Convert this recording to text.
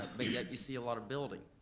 but yet you see a lot of building.